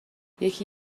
یکی